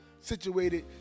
situated